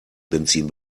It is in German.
benzin